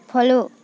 follow